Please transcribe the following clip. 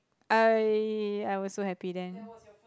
I I was so happy then